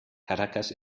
caracas